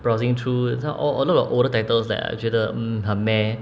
browsing through a a lot of older titles that I 觉得 um 很 meh